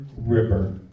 river